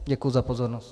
Děkuji za pozornost.